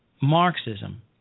Marxism